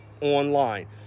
online